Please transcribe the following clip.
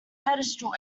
pedestal